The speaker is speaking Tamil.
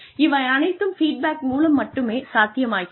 இவை அனைத்தும் ஃபீட்பேக் மூலம் மட்டுமே சாத்தியமாகிறது